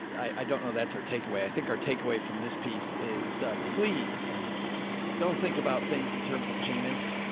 i don't know. that's our takeaway. i think our takeaway from this piece is, please don't think about things in terms of payments.